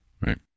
Right